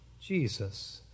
Jesus